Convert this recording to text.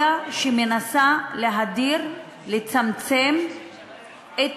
מנסה להדיר, לצמצם את